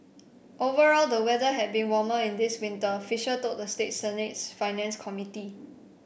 overall the weather has been warmer in this winter fisher told the state Senate's Finance Committee